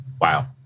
Wow